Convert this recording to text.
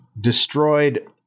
destroyed